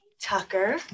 Tucker